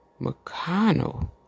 McConnell